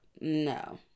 no